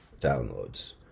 downloads